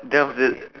that was the